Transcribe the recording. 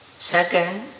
Second